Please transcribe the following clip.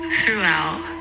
throughout